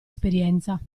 esperienza